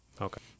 Okay